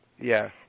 Yes